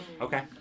Okay